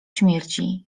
śmierci